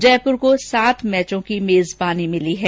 जयपुर को सात मैचों की मेजबानी मिली है